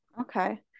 Okay